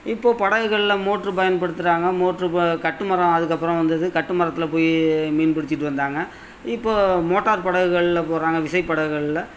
இப்போ படகுகெல்லாம் மோட்ரு பயன்படுத்துகிறாங்க மோட்ரு போ கட்டு மரம் அதுக்கப்புறம் வந்து கட்டு மரத்தில் போயி மீன் பிடிச்சிட்டு வந்தாங்க இப்போ மோட்டார் படகுகளில் போகிறாங்க விசைப்படுகுகளில்